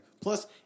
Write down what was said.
Plus